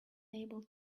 able